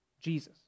Jesus